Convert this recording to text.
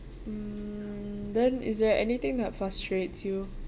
mm then is there anything that frustrates you